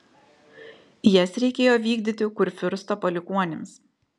jas reikėjo vykdyti kurfiursto palikuonims